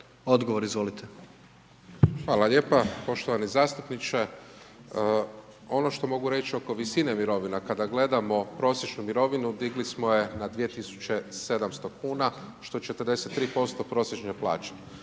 Marko (HDZ)** Hvala lijepo poštovani zastupniče. Ono što mogu reći oko visine mirovina, kada gledamo prosječnu mirovinu, digli smo je na 2700 kn, što 43% prosječne plaće.